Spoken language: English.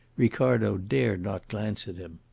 ricardo dared not glance at him.